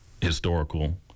historical